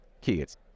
kids